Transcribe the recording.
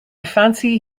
fancy